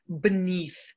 beneath